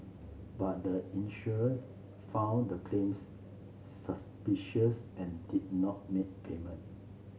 but the insurance found the claims suspicious and did not make payment